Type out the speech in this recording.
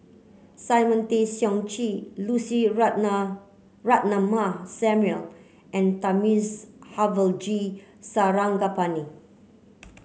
Simon Tay Seong Chee Lucy Ratnammah Samuel and Thamizhavel G Sarangapani